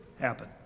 happen